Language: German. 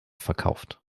verkauft